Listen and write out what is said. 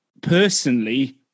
Personally